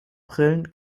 brillen